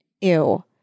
Ew